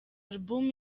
album